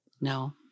No